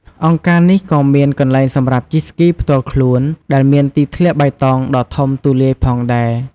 អង្គការនេះក៏មានកន្លែងសម្រាប់ជិះស្គីផ្ទាល់ខ្លួន ដែលមានទីធ្លាបៃតងដ៏ធំទូលាយផងដែរ។